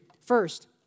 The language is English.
First